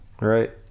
right